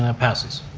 um passes.